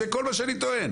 זה כל מה שאני טוען.